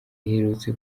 iherutse